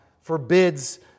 forbids